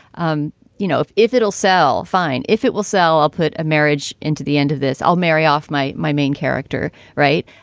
um you know, if if it'll sell. fine. if it will sell, i'll put a marriage into the end of this. i'll marry off my my main character. right.